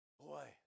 Boy